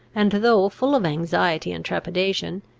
and, though full of anxiety and trepidation,